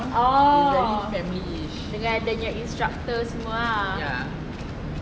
oo dengan dia nya instructor semua ah